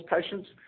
patients